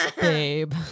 babe